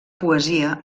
poesia